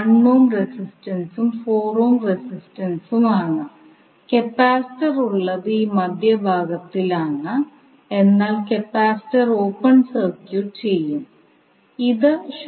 ഇൻഡക്റ്ററുകളുടെയും കപ്പാസിറ്ററിന്റെയും മൂല്യം നമ്മൾ ഫ്രീക്വൻസി ഡൊമെയ്നിൽ എഴുതും